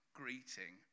greeting